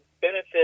benefit